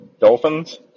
Dolphins